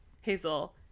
Hazel